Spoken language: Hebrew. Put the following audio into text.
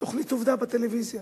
תוכנית "עובדה" בטלוויזיה.